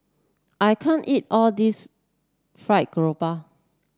I can't eat all this fried grouper